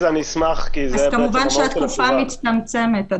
כמובן שהתקופה מצטמצמת,